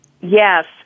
Yes